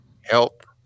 help